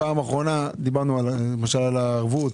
פעם אחרונה דיברנו למשל על הערבות.